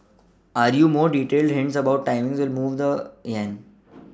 any more detailed hints about timing will move the yen